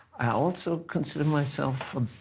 i also consider myself a